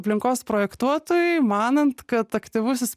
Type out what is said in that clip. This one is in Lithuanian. aplinkos projektuotojui manant kad aktyvusis